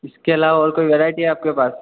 इसके आलावा कोई वैराइटी है आपके पास